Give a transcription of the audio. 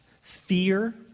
fear